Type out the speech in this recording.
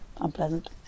unpleasant